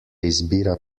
izbira